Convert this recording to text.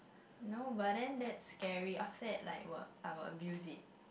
no but then that's scary after that like will I will abuse it